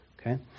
Okay